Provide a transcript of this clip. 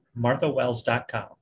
MarthaWells.com